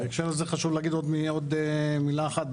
בהקשר הזה חשוב להגיד עוד מילה אחת.